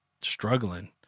struggling